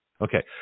Okay